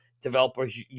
developers